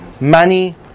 money